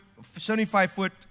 75-foot